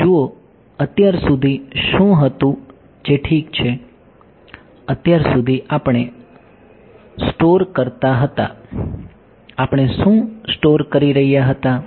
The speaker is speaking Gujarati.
તો જુઓ અત્યાર સુધી શું હતું ઠીક છે અત્યાર સુધી આપણે સ્ટોર કરતા હતા આપણે શું સ્ટોર કરી રહ્યા હતા